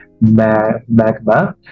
magma